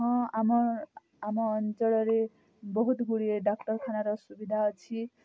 ହଁ ଆମର୍ ଆମ ଅଞ୍ଚଳ ରେ ବହୁତ୍ ଗୁଡ଼ିଏ ଡ଼ାକ୍ତର୍ଖାନାର ସୁବିଧା ଅଛି